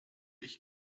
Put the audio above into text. ich